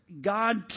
God